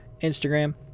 Instagram